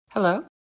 Hello